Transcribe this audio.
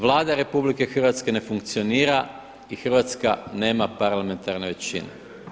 Vlada RH ne funkcionira i Hrvatska nema parlamentarnu većinu.